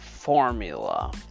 Formula